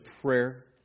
prayer